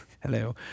Hello